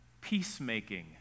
Peacemaking